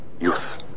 youth